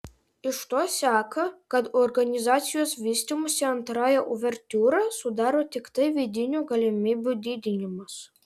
iš to seka kad organizacijos vystymosi antrąją uvertiūrą sudaro tiktai vidinių galimybių didinimas